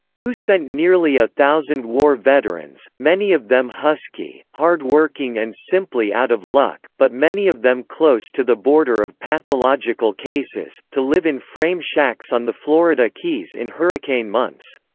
who sent nearly a thousand war veterans, many of them husky, hard-working and simply out of luck, but many of them close to the border of pathological cases, to live in frame shacks on the florida keys in hurricane months?